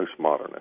postmodernist